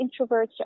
introverts